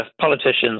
politicians